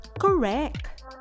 Correct